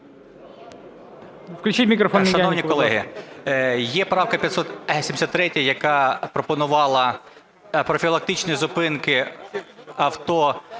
Включіть мікрофон